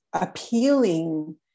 appealing